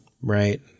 right